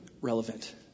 relevant